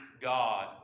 God